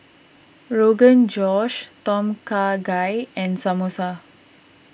Rogan Josh Tom Kha Gai and Samosa